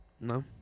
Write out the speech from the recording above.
No